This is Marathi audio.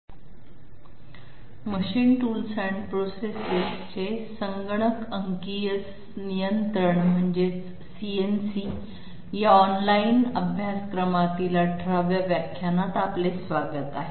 "computer numerical control of machine tools and process" या ऑनलाइन अभ्यासक्रमातील 18 व्या व्याख्यानात आपले स्वागत आहे